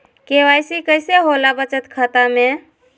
KYC कैसे होला बचत खाता में?